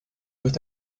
with